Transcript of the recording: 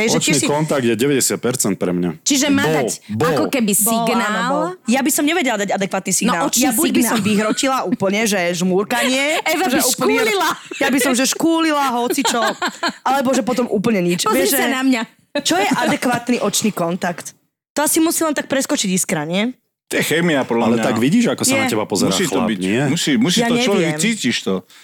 Hej, že tiež Očný si- kontakt je 90% pre mňa. Čiže má Bol, dať ako bol. keby Bol, áno, signál? bol. Ja by som nevedela dať adekvátny No, signál. očný Ja buď by signál. som vyhrotila úplne, že žmurkanie, Eva by že úplne- škúlila. Ja by som, že škúlila, hocičo, alebo že potom úplne nič. Pozri Vieš, sa že- na mňa. Čo je adekvátny očný kontakt? To asi musí len tak preskočiť iskra, nie? To je chémia, podľa Ale mňa. tak vidíš, ako sa na Nie. teba pozerá Musí to chlap, byť- nie? musí- musí Ja to človek- neviem. cítiš to.